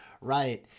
Right